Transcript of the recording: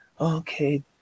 okay